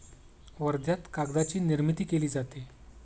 वर्ध्यात कागदाची निर्मिती केली जाते